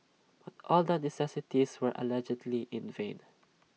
but all the niceties were allegedly in vain